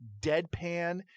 deadpan